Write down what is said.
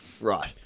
right